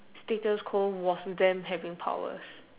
status quo was them having powers